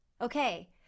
okay